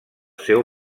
seu